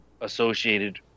associated